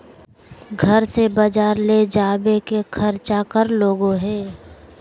घर से बजार ले जावे के खर्चा कर लगो है?